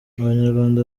abanyarwanda